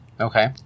Okay